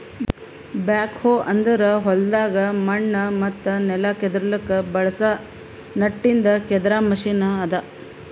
back ಹೋ ಅಂದುರ್ ಹೊಲ್ದಾಗ್ ಮಣ್ಣ ಮತ್ತ ನೆಲ ಕೆದುರ್ಲುಕ್ ಬಳಸ ನಟ್ಟಿಂದ್ ಕೆದರ್ ಮೆಷಿನ್ ಅದಾ